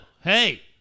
Hey